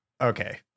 okay